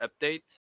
update